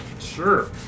Sure